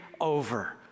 over